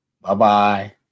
bye-bye